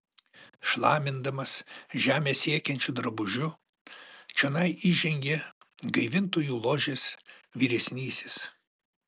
šlamindamas žemę siekiančiu drabužiu čionai įžengė gaivintojų ložės vyresnysis